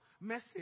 message